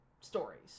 stories